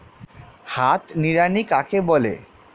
হাত নিড়ানি কাকে বলে?